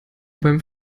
beim